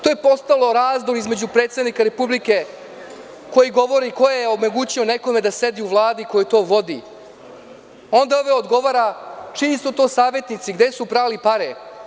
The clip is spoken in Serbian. To je postao razdor između predsednika Republike koji govori ko je omogućio nekome da sedi u Vladi koja to vodi, a onda ovaj odgovara – čiji su to savetnici, gde su prali pare.